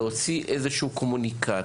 להוציא איזה שהוא קומוניקט,